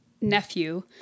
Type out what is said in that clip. nephew